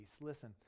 Listen